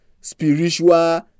spiritual